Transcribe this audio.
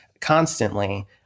constantly